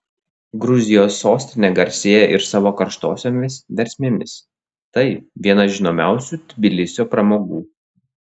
gruzijos sostinė garsėja ir savo karštosiomis versmėmis tai viena žinomiausių tbilisio pramogų